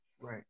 Right